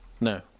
no